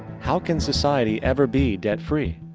how can society ever be debt free?